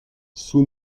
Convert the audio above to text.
sun